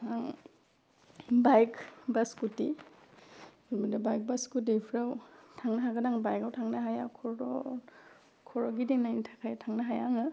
आं बाइक बा scooty bike बा स्कुथिफ्राव थांनो हागोन आं बाइकआव थांनो हाया खर' खर' गिदिंनायनि थाखाय थांनो हाया आङो